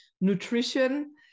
Nutrition